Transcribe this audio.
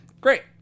great